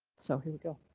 so here we go.